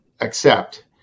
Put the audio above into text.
accept